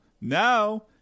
Now